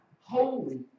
holy